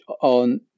on